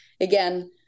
Again